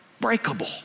breakable